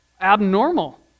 Abnormal